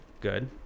Good